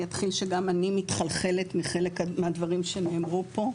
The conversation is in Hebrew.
אני אתחיל שגם אני מתחלחלת מחלק מהדברים שנאמרו פה.